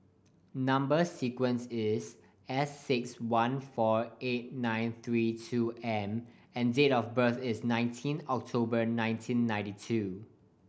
number sequence is S six one four eight nine three two M and date of birth is nineteen October nineteen ninety two